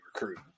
recruit